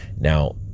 Now